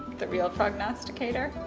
the real prognosticator.